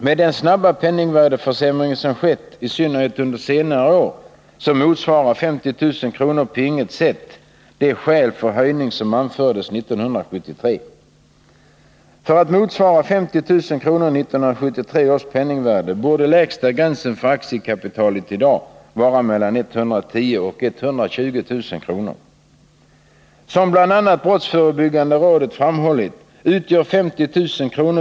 Med den snabba penningvärdeförsämring som skett i synnerhet under senare år motsvarar 50 000 kr. på inget sätt de skäl för höjning som anfördes 1973. För att motsvara 50 000 kr. i 1973 års penningvärde borde lägsta gränsen för aktiekapital i dag vara mellan 110 000 och 120 000 kr. Som bl.a. brottsförebyggande rådet framhållit, utgör 50000 kr.